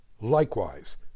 Likewise